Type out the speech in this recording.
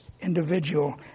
individual